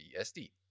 BSD